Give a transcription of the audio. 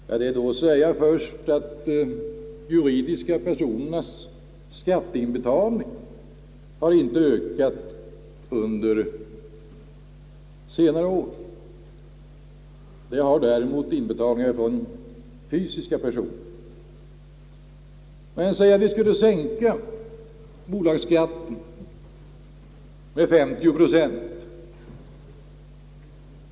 Det är då först att säga att skatteinbetalningarna från juridiska personer inte har ökat under senare år. Det har däremot inbetalningarna från fysiska personer. Man säger att vi skulle sänka bolagsskatten med 50 procent.